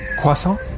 Croissant